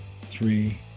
three